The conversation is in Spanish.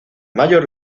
major